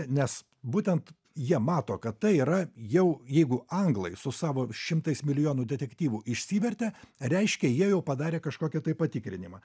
nes būtent jie mato kad tai yra jau jeigu anglai su savo šimtais milijonų detektyvų išsivertė reiškia jie jau padarė kažkokį tai patikrinimą